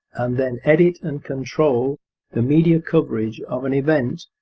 and then edit and control the media coverage of an event,